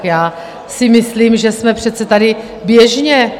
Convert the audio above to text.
Já si myslím, že jsme přece tady běžně...